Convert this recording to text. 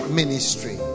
ministry